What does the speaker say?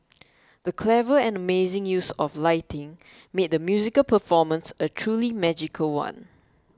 the clever and amazing use of lighting made the musical performance a truly magical one